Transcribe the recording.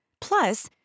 Plus